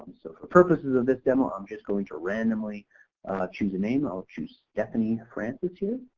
so for purposes of this demo i'm just going to randomly choose a name, i'll choose stephanie frances here.